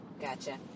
Gotcha